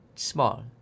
small